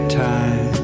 time